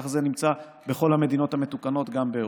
כך זה בכל המדינות המתוקנות, גם באירופה.